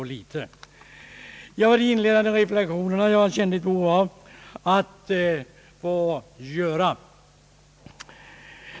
Det var dessa inledande reflexioner jag kände ett behov av att göra.